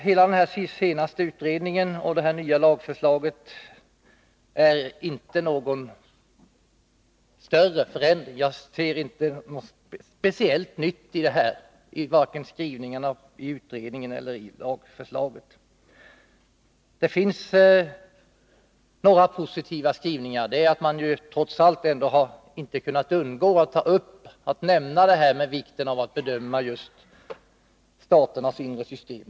Hela denna senaste utredning och det nya lagförslaget innebär alltså inte någon större förändring. Jag ser inte något speciellt nytt i vare sig skrivningarna i utredningen eller lagförslaget. Det finns några positiva skrivningar, och det är att man trots allt inte har kunnat undgå att nämna vikten av att bedöma just staternas inre system.